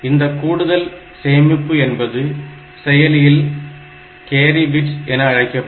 இந்த கூடுதல் சேமிப்பு என்பது செயலியில் கேரி பிட் என அழைக்கப்படும்